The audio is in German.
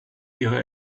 ihre